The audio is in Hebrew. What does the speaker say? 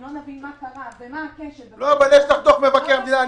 אם לא נבין מה קרה ומה הכשל --- יש את דוח מבקר המדינה.